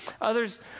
others